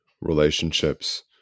relationships